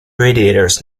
radiators